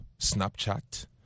Snapchat